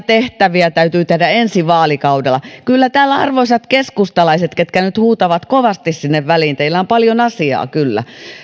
tehtäviä täytyy tehdä ensi vaalikaudella kyllä täällä arvoisat keskustalaiset ketkä nyt huutavat kovasti sinne väliin teillä on varmasti paljon asiaa